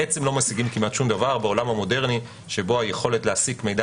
נשיג שום דבר בעולם המודרני שבו היכולת להסיק מידע